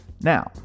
Now